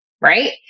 Right